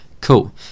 Cool